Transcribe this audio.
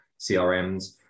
CRMs